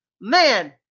Man